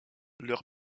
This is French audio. leur